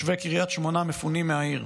ותושבי קריית שמונה מפונים מהעיר,